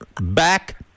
Back